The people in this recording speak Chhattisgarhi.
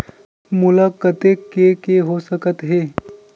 मोला कतेक के के हो सकत हे?